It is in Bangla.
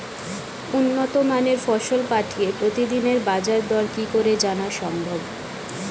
উন্নত মানের ফসল পাঠিয়ে প্রতিদিনের বাজার দর কি করে জানা সম্ভব?